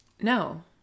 No